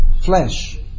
flesh